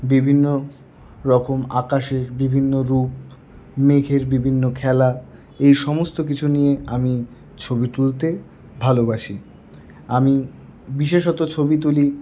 বিভিন্ন রকম আকাশের বিভিন্ন রূপ মেঘের বিভিন্ন খেলা এই সমস্ত কিছু নিয়ে আমি ছবি তুলতে ভালোবাসি আমি বিশেষত ছবি তুলি